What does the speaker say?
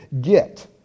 get